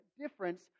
difference